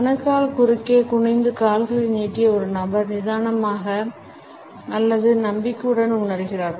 கணுக்கால் குறுக்கே குனிந்து கால்களை நீட்டிய ஒரு நபர் நிதானமாக அல்லது நம்பிக்கையுடன் உணர்கிறார்